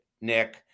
Nick